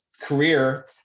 career